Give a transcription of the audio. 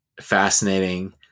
fascinating